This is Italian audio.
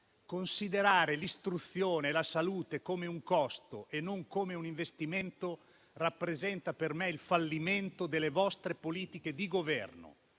Considerare l'istruzione e la salute come un costo e non come un investimento rappresenta per me il fallimento delle vostre politiche di Governo,